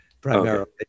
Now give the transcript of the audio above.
primarily